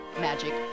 Magic